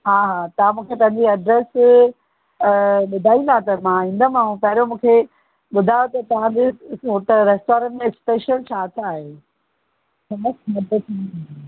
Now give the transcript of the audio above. हा हा तव्हां मूंखे सॼी एड्रैस ॿुधाईंदा त मां ईंदीमांव पहिरियों मूंखे ॿुधायो त तव्हां बि हुते रैस्टोरेंट में स्पेशल छा छा आहे हमस मटर पनीर